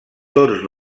tots